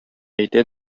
әйтә